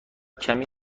کمی